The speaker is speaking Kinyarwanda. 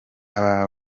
aba